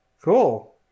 Cool